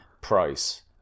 price